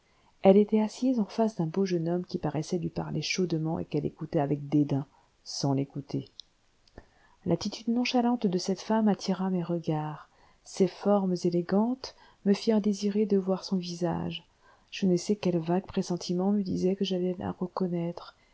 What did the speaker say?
elle était assise en face d'un beau jeune homme qui paraissait lui parler chaudement et qu'elle écoutait avec dédain sans l'écouter l'attitude nonchalante de cette femme attira mes regards ses formes élégantes me firent désirer de voir son visage je ne sais quel vague pressentiment me disait que j'allais la reconnaître